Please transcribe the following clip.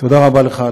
תודה רבה לך,